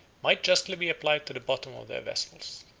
might justly be applied to the bottom of their vessels.